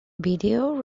video